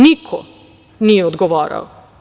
Niko nije odgovarao.